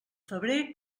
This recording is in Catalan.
febrer